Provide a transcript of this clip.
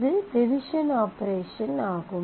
இது division operation ஆகும்